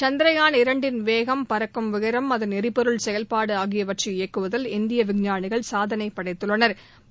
சந்த்ரயாள் இரண்டின் வேகம் பறக்கும் உயரம் அதன் ளரிபொருள் செயல்பாடு ஆகியவற்றை இயக்குவதில் இந்திய விஞ்ஞானிகள் சாதனை படைத்துள்ளனா்